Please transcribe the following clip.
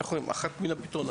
אחד מהפתרונות.